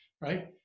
right